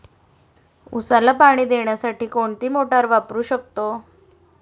उसाला पाणी देण्यासाठी कोणती मोटार वापरू शकतो?